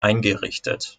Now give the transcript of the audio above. eingerichtet